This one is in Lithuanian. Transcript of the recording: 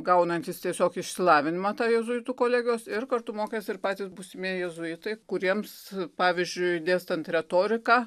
gaunantys tiesiog išsilavinimą tą jėzuitų kolegos ir kartu mokėsi ir patys būsimieji jėzuitai kuriems pavyzdžiui dėstant retoriką